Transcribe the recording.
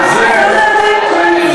מה, עניין שלך?